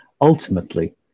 ultimately